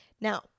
Now